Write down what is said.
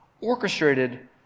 orchestrated